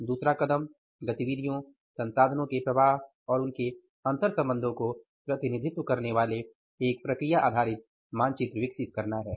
दूसरा कदम गतिविधियों संसाधनों के प्रवाह और उनके अंतर्संबंधो को प्रतिनिधित्व करनेवाले एक प्रक्रिया आधारित मानचित्र विकसित करना है